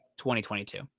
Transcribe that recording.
2022